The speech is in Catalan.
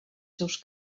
seus